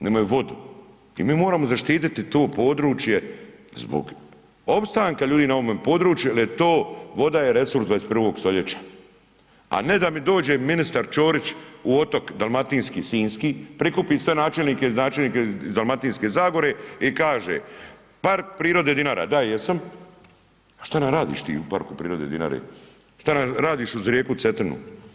Nemaju vodu i moramo zaštiti to područje zbog opstanka ljudi na ovome području jer je to, voda je resurs 21. st., a ne da mi dođe ministar Čorić u Otok dalmatinski, sinjski, prikupi sve načelnike i gradonačelnike iz Dalmatinske zagore i kaže, Park prirode Dinara, da jesam, što onda radiš ti u Parku prirode Dinare, što radiš uz rijeku Cetinu?